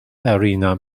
arena